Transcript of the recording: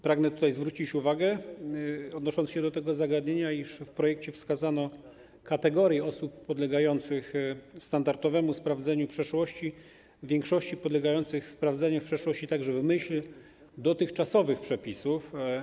Pragnę zwrócić uwagę, odnosząc się do tego zagadnienia, iż w projekcie wskazano kategorie osób podlegających standardowemu sprawdzeniu przeszłości, w większości podlegających sprawdzeniu przeszłości także w myśl dotychczasowych przepisów.